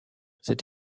cette